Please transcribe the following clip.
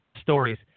stories